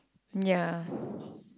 ya